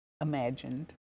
imagined